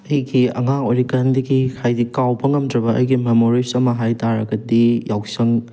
ꯑꯩꯒꯤ ꯑꯉꯥꯡ ꯑꯣꯏꯔꯤꯀꯥꯟꯗꯒꯤ ꯍꯥꯏꯗꯤ ꯀꯥꯎꯕ ꯉꯝꯗ꯭ꯔꯕ ꯑꯩꯒꯤ ꯃꯦꯃꯣꯔꯤꯁ ꯑꯃ ꯍꯥꯏ ꯇꯥꯔꯒꯗꯤ ꯌꯥꯎꯁꯪ